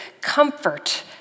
comfort